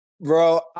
bro